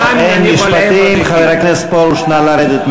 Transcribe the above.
אני רוצה לומר עוד משפט אחד.